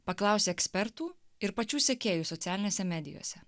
paklausė ekspertų ir pačių sekėjų socialinėse medijose